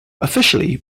officially